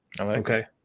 Okay